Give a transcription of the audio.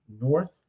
north